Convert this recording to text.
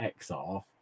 XR